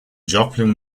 joplin